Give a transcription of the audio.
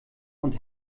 und